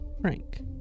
Frank